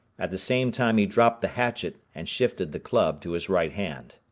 at the same time he dropped the hatchet and shifted the club to his right hand.